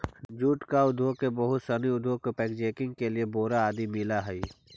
jute उद्योग से बहुत सनी उद्योग के पैकेजिंग के लिए बोरा आदि मिलऽ हइ